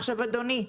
אדוני,